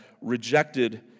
rejected